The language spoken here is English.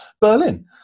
berlin